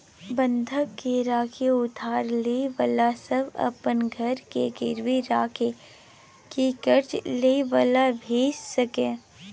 बंधक राखि के उधार ले बला सब अपन घर के गिरवी राखि के कर्जा ले बला भेय सकेए